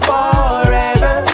Forever